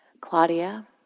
Claudia